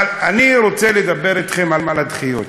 אבל אני רוצה לדבר אתכם על הדחיות.